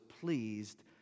pleased